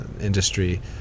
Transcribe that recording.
industry